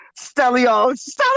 Stelios